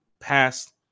past